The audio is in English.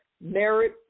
merit